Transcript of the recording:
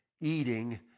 eating